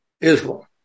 Israel